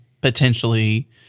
potentially